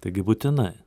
taigi būtinai